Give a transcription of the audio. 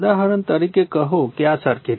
ઉદાહરણ તરીકે કહો કે આ સર્કિટ લો